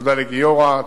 תודה לגיורא,